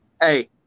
Hey